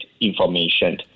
information